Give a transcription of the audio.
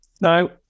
Now